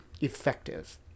effective